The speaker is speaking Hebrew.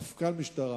מפכ"ל המשטרה,